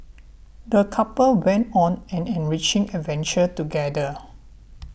the couple went on an enriching adventure together